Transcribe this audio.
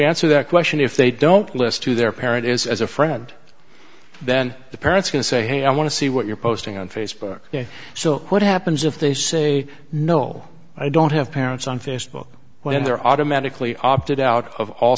answer that question if they don't listen to their parent is as a friend then the parents can say hey i want to see what you're posting on facebook so what happens if they say no i don't have parents on facebook when they're automatically opted out of all